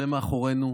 זה מאחורינו.